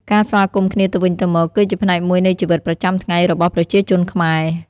ការស្វាគមន៍គ្នាទៅវិញទៅមក គឺជាផ្នែកមួយនៃជីវិតប្រចាំថ្ងៃរបស់ប្រជាជនខ្មែរ។